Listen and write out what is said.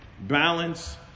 balance